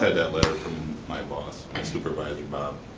that letter from my boss, my supervisor, bob.